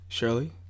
Shirley